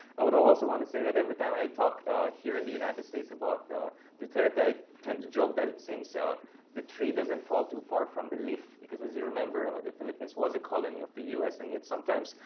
i would also want to say that every time i talk here in the united states but about duterte, i tend to joke that it seems the tree doesn't fall too far from the leaf. because, as you remember, ah the philippines was a colony of the us. and yet sometimes,